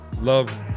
love